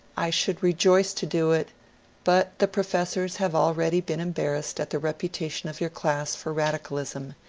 i should rejoice to do it but the professors have already been embarrassed at the reputation of your class for radicalism,